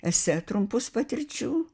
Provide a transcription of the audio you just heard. esė trumpus patirčių